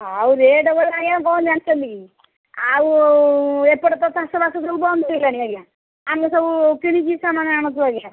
ଆଉ ରେଟ୍ ବୋଲି ଆଜ୍ଞା କ'ଣ ଜାଣିଛନ୍ତି କି ଆଉ ଏପଟେ ତ ଚାଷବାସ ସବୁ ବନ୍ଦ ହୋଇଗଲାଣି ଆଜ୍ଞା ଆମେ ସବୁ କିଣିକି ସାମାନ୍ ଆଣୁଛୁ ଆଜ୍ଞା